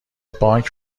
بانک